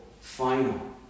final